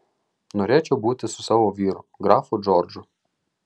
norėčiau būti su savo vyru grafu džordžu